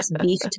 beef